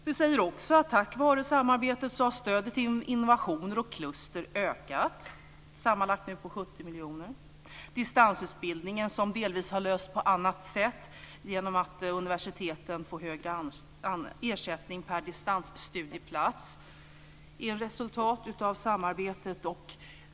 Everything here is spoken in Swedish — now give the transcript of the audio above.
Vi säger också att tack vare samarbetet har stödet till innovationer och kluster ökat, nu med sammanlagt Distansutbildningen, som delvis har lösts på annat sätt genom att universiteten får högre ersättning per distansstudieplats, är ett resultat av samarbetet.